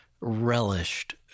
relished